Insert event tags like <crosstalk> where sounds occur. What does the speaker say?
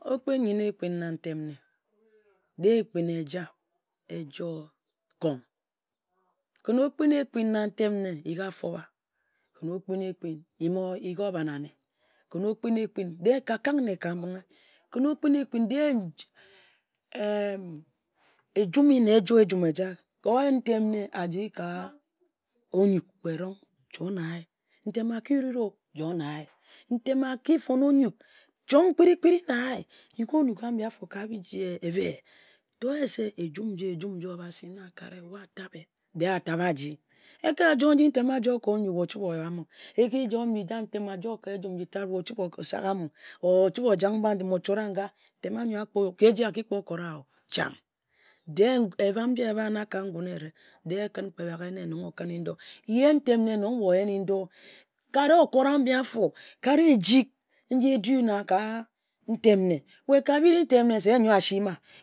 Okpin nyen-ne ekpin na ntem nne, de-e ekpin eja ejoi kong. Kǝn okpin-ekpin na ntem nne, yi-gi a-foba. Kǝn okpin-ekpin, yi-gi obana-ne. Kǝn okpin ekpin, ka kak nne ka mbinghe kǝn okpin-ekpin, de-e ejum nne eem <hesitation> ejoi egum eja. Oyen ntem nne ari ka onyuk, joi na aye, ntem aki ruri-o, joi na aye. Ntem aki fon onyuk, chong kpitri kpitri na ye, yi-gi onyuk ambi-afo ka biji ebhe, torye se egum nji Obasi na akare, Obasi na a-tabe, de-e atabe aji. Eka joi nji ntem a-joi ka onyue, o-chibe oyoha. Eki-joi mbi-tat, o-chibe chak mba-njim o-sakgha a-ming, o-chibe ocho-ra nga, nne a-yor akpo yok, eji oki kpo kori-ye-o, chang. De-e ebam-nji-eba-na ka ngun, ekǝn kpe enne ne nong o-kǝnne biji ebha, kǝn ntem ne nong o-kǝnni n-do. Kare okot a-mbi afo, kare ejik nji e-do mba ntem nne. Ka biri ntem nne se nyor asi-ma.